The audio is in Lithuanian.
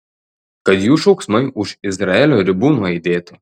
kad jų šauksmai už izraelio ribų nuaidėtų